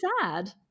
sad